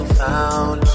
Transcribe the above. found